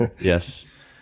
Yes